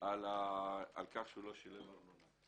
בשל כך שהוא לא שילם ארנונה.